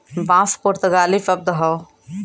बांस पुर्तगाली शब्द हौ